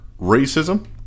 Racism